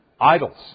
Idols